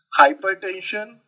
hypertension